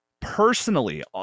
Personally